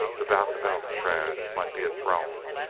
the back of alcatraz might be a throne!